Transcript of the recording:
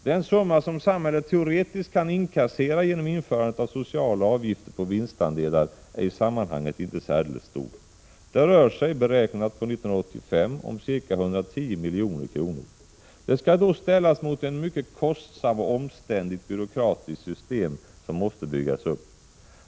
Den summa som samhället teoretiskt kan inkassera genom införandet av sociala avgifter på vinstandelar är i sammanhanget inte särdeles stor, det rör sig — beräknat på 1985 års siffrorom ca 110 milj.kr. Detta skall då ställas mot ett mycket kostsamt och omständligt byråkratiskt system som måste byggas upp.